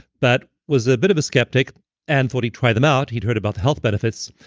but was a bit of a skeptic and thought he'd try them out. he'd heard about the health benefits.